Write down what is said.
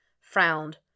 frowned